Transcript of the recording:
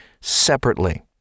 separately